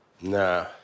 Nah